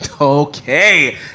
Okay